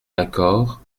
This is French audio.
d’accord